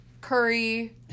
curry